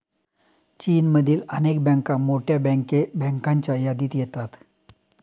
चीनमधील अनेक बँका मोठ्या बँकांच्या यादीत येतात